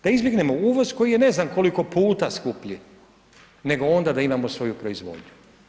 Da izbjegnemo uvoz, koji je ne znam koliko puta skuplji, nego onda da imamo svoju proizvodnju.